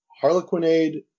*Harlequinade*